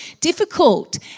difficult